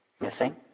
missing